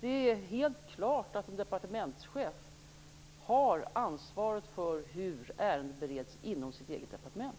Det är helt klart att en departementschef har ansvaret för hur ärenden bereds inom sitt eget departement.